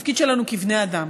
התפקיד שלנו כבני אדם,